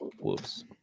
Whoops